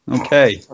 Okay